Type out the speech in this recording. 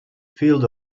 field